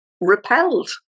repelled